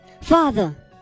father